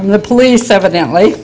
from the police evidently